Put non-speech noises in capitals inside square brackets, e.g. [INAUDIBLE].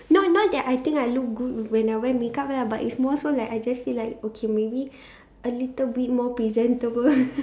no not that I think I look good when I wear makeup lah but it's more so like I just feel like okay maybe a little bit more presentable [LAUGHS]